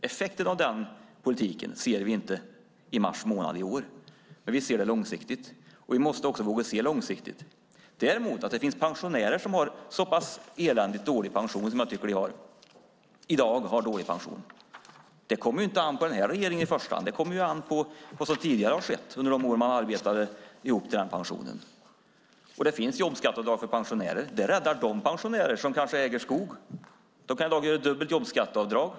Effekten av den politiken ser vi inte i mars månad i år, men vi ser det långsiktigt, och vi måste också våga se långsiktigt. Att det finns pensionärer som i dag har eländigt dålig pension, som jag tycker att de har, kommer inte an på den här regeringen i första hand. Det kommer ju an på vad som har skett tidigare, under de år då de arbetade ihop till pensionen. Det finns jobbskatteavdrag för pensionärer. Det räddar de pensionärer som kanske äger skog. De kan i dag få dubbelt jobbskatteavdrag.